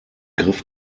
griff